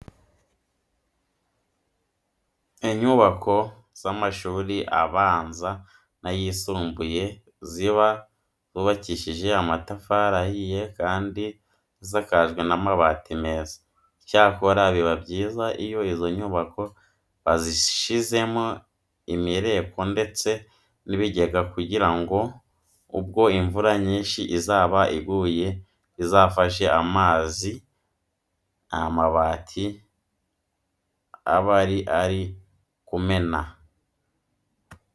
Inyubako z'amashuri abanza n'ayisumbuye ziba zubakijije amatafari ahiye kandi zisakajwe amabati meza. Icyakora biba byiza iyo izo nyubako bazishyizeho imireko ndetse n'ibigega kugira ngo ubwo imvura nyinshi izaba iguye bizafate amazi amabati abari ari kumena.